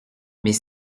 mais